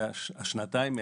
שנתיים מהן,